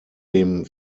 dem